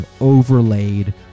overlaid